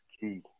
key